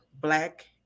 Black